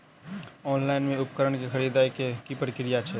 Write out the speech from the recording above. Online मे उपकरण केँ खरीदय केँ की प्रक्रिया छै?